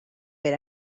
per